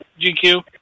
GQ